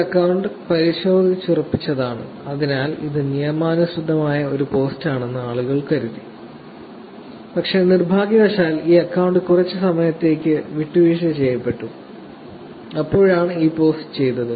ഈ അക്കൌണ്ട് പരിശോധിച്ചുറപ്പിച്ചതാണ് അതിനാൽ ഇത് നിയമാനുസൃതമായ ഒരു പോസ്റ്റാണെന്ന് ആളുകൾ കരുതി പക്ഷേ നിർഭാഗ്യവശാൽ ഈ അക്കൌണ്ട് കുറച്ച് സമയത്തേക്ക് വിട്ടുവീഴ്ച ചെയ്യപ്പെട്ടു അപ്പോഴാണ് ഈ പോസ്റ്റ് ചെയ്തത്